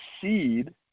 seed